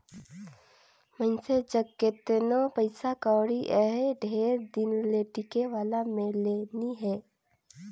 मइनसे जग केतनो पइसा कउड़ी रहें ढेर दिन ले टिके वाला में ले नी हे